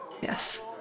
Yes